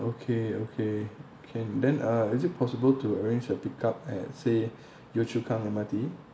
okay okay can then uh is it possible to arrange a pickup at say yio chu kang M_R_T